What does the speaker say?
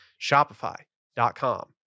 Shopify.com